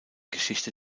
geschichte